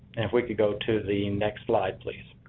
and if we could go to the next slide please.